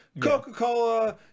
Coca-Cola